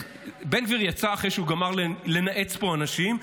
בן גביר יצא אחרי שהוא גמר לנאץ פה אנשים,